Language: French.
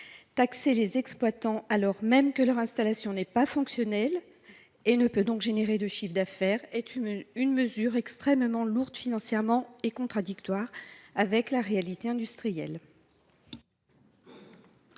Taxer les exploitants alors même que leur installation n’est pas fonctionnelle et ne peut donc générer de chiffre d’affaires est une mesure extrêmement lourde financièrement et entre en contradiction avec la réalité industrielle.